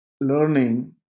learning